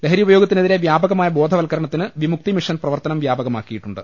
ലഹരി ഉപയോഗത്തിനെതിരെ വൃാപകമായ ബോധവൽ ക്കരണത്തിന് വിമുക്തിമിഷൻ പ്രവർത്തന്ം വ്യാപകമാക്കിയിട്ടുണ്ട്